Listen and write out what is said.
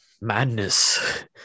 madness